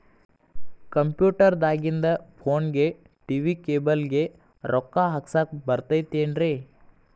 Computer ದಾಗಿಂದ್ ಫೋನ್ಗೆ, TV cable ಗೆ, ರೊಕ್ಕಾ ಹಾಕಸಾಕ್ ಬರತೈತೇನ್ರೇ?